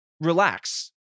relax